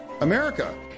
America